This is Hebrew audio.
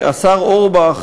השר אורבך,